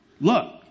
look